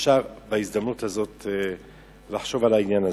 אפשר בהזדמנות הזאת לחשוב על העניין הזה.